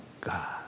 God